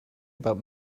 about